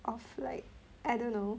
of like I don't know